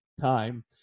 time